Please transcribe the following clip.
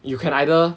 you can either